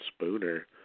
Spooner